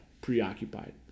preoccupied